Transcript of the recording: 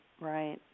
right